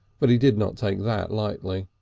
but he did not take that lightly.